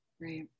right